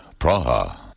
Praha